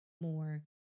more